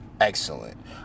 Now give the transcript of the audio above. excellent